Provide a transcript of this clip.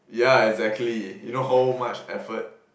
yeah exactly you know how much effort